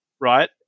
right